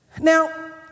Now